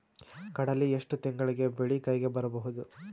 ಕಡಲಿ ಎಷ್ಟು ತಿಂಗಳಿಗೆ ಬೆಳೆ ಕೈಗೆ ಬರಬಹುದು?